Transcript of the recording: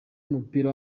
w’umupira